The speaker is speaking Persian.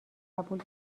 قبول